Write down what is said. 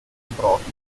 profit